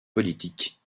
politiques